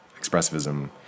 expressivism